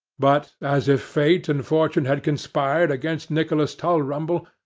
but, as if fate and fortune had conspired against nicholas tulrumble,